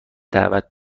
دعوت